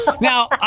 Now